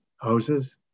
houses